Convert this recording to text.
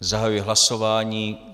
Zahajuji hlasování.